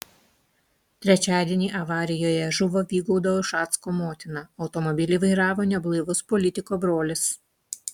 trečiadienį avarijoje žuvo vygaudo ušacko motina automobilį vairavo neblaivus politiko brolis